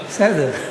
בסדר.